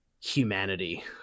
humanity